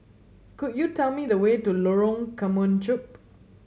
could you tell me the way to Lorong Kemunchup